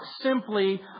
simply